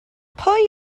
pwy